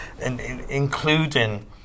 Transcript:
including